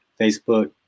Facebook